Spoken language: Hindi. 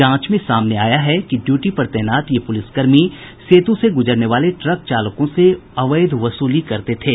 जांच में सामने आया है कि ड्यूटी पर तैनात ये पुलिस कर्मी सेतु से गूजरने वाले ट्रक चालकों से अवैध वसूली करते थे